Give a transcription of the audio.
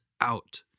out